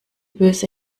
böse